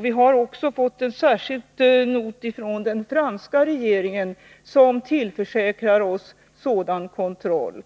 Vi har också fått en särskild not från den franska regeringen som tillförsäkrar oss sådan kontroll.